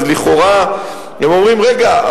אז לכאורה הם אומרים: רגע,